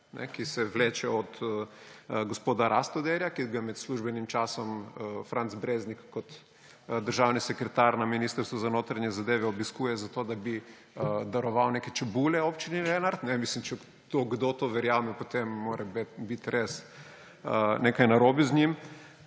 ki se vleče od gospoda Rastoderja, ki ga med službenim časom Franc Breznik kot državni sekretar na Ministrstvu za notranje zadeve obiskuje zato, da bi daroval neke čebule občini Lenart. Mislim, če kdo to verjame, potem mora biti res nekaj narobe z njim.